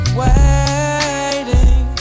waiting